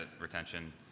retention